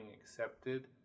accepted